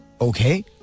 okay